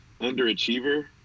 underachiever